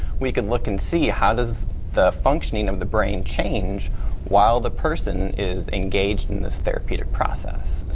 we can look and see how does the functioning of the brain change while the person is engaged in this therapeutic process.